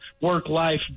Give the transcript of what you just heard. work-life